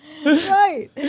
Right